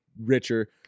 richer